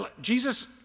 Jesus